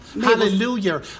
Hallelujah